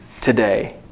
today